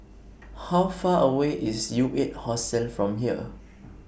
How Far away IS U eight Hostel from here